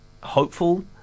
hopeful